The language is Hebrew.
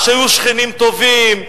שהיו שכנים טובים,